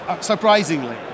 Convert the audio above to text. surprisingly